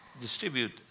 distribute